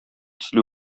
төсле